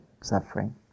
suffering